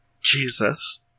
Jesus